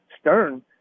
stern